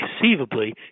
conceivably